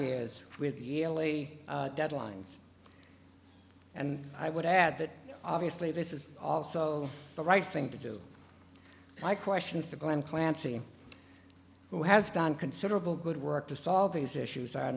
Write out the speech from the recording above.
years with yearly deadlines and i would add that obviously this is also the right thing to do i question for glen clancy who has done considerable good work to solve these issues